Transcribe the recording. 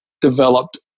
developed